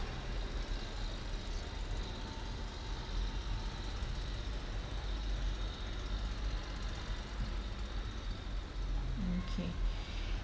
okay